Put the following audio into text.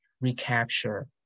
recapture